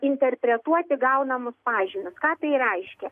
interpretuoti gaunamus pažymius ką tai reiškia